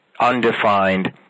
undefined